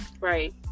Right